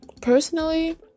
personally